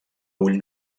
ull